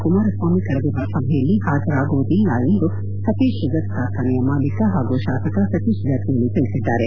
ಕುಮಾರಸ್ವಾಮಿ ಕರೆದಿರುವ ಸಭೆಯಲ್ಲಿ ಹಾಜರಾಗುವುದಿಲ್ಲ ಎಂದು ಸತೀಶ್ ಶುಗರ್ಸ್ ಕಾರ್ಖಾನೆಯ ಮಾಲೀಕ ಪಾಗೂ ಶಾಸಕ ಸತೀಶ ಜಾರಕಿಹೊಳ ತಿಳಿಸಿದ್ದಾರೆ